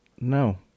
no